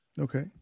okay